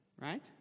right